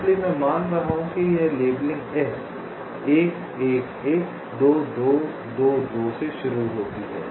इसलिए मैं मान रहा हूं कि ये लेबलिंग S 1 1 1 2 2 2 2 से शुरू होती है